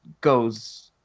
goes